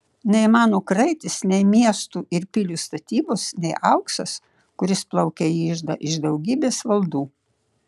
nei mano kraitis nei miestų ir pilių statybos nei auksas kuris plaukia į iždą iš daugybės valdų